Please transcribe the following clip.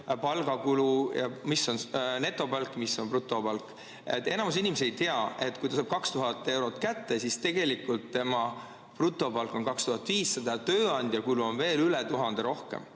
palgakulu ning mis on netopalk ja mis on brutopalk. Enamus inimesi ei tea, et kui ta saab 2000 eurot kätte, siis tegelikult tema brutopalk on 2500, tööandjal on kulu veel üle 1000 euro rohkem.